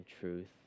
truth